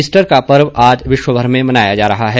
Easter का पर्व आज विश्वभर में मनाया जा रहा है